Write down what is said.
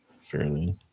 fairly